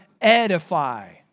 edify